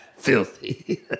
filthy